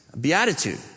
beatitude